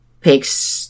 pig's